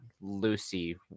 Lucy